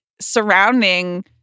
surrounding